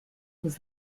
was